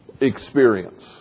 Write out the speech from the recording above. experience